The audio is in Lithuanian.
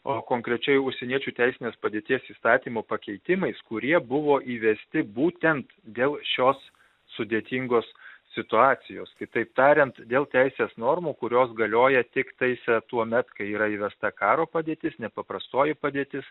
o konkrečiai užsieniečių teisinės padėties įstatymo pakeitimais kurie buvo įvesti būtent dėl šios sudėtingos situacijos kitaip tariant dėl teisės normų kurios galioja tiktais tuomet kai yra įvesta karo padėtis nepaprastoji padėtis